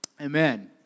Amen